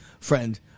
friend